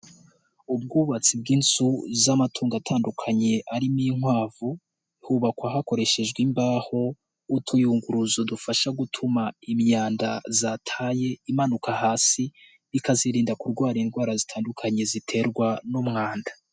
Ubwubatsi bw'inzu z'amatungo atandukanye arimo inkwavu. Hubakwa hakoreshejwe imbaho, utuyunguruzo dufasha gutuma imyanda zataye imanuka hasi. Ikazirinda kurwara indwara zitandukanye ziterwa n'umwanda.